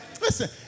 Listen